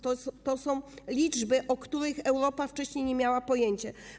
To są liczby, o których Europa wcześniej nie miała pojęcia.